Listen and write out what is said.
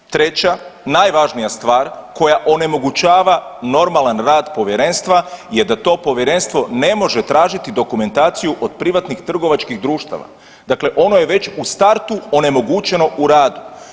Treća, najvažnija stvar koja onemogućava normalan rad povjerenstva je da to povjerenstvo ne može tražiti dokumentaciju od privatnih trgovačkih društava, dakle ono je već u startu onemogućeno u radu.